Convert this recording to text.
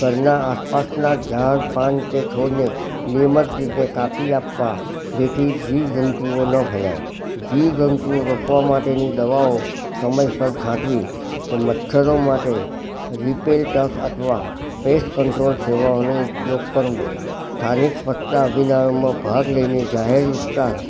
ઘરના આસપાસના ઝાડ પાન કે છોડને નિયમિત રીતે કાપી આપવા જેથી જીવજંતુઓ ન ફેલાય જીવજંતુઓ રોકવા માટેની દવાઓ સમયસર છાંટવી કે મચ્છરો માટે રિપેલટસ અથવા પેસ્ટ કંટ્રોલ સેવાઓનો ઉપયોગ કરવો સ્થાનિક સ્વચ્છતા અભિયાનોમાં ભાગ લઇને જાહેર વિસ્તાર